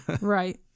right